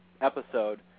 episode